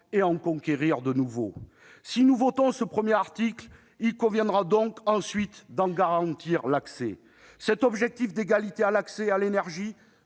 et en conquérir de nouveaux. Si nous votons ce premier article, il conviendra donc ensuite de garantir l'accès à ce droit. Cet objectif d'égalité dans l'accès à l'énergie